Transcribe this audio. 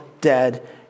dead